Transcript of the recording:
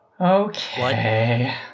Okay